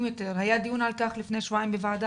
ויועצות בחברה הערבית מאשר היה לפני כמה שנים.